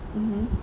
mmhmm